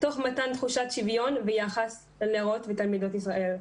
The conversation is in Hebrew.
תוך מתן תחושת שוויון ויחס לנערות ולתלמידות ישראל.